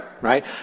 right